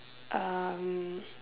um